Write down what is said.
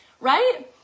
right